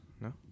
no